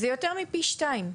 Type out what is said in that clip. זה יותר מפי שניים.